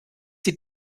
die